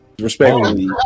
respectfully